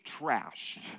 trashed